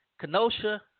Kenosha